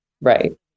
Right